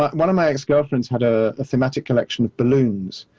um one of my ex girlfriends had a thematic collection of balloons,